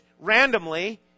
randomly